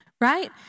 right